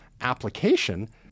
application